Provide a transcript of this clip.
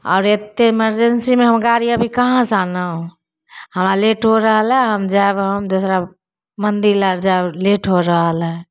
आओर एते इमरजेंसीमे हम गाड़ी अभी कहाँसँ आनब हमरा लेट हो रहलै हम जायब हम दोसरा मन्दिर अर जायब लेट हो रहल हइ